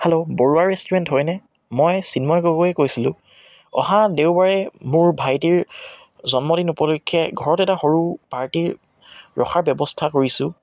hello Barua restaurant হয়নে মই চিন্ময় গগৈয়ে কৈছিলোঁ অহা দেওবাৰে মোৰ ভাইটিৰ জন্মদিন উপলক্ষে ঘৰত এটা সৰু পাৰ্টিৰ ৰখাৰ ব্যৱস্থা কৰিছোঁ